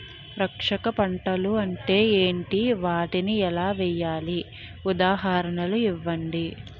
రక్షక పంటలు అంటే ఏంటి? వాటిని ఎలా వేయాలి? ఉదాహరణలు ఇవ్వండి?